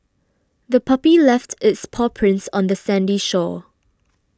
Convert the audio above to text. the puppy left its paw prints on the sandy shore